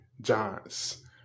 Giants